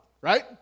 right